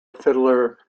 fiddler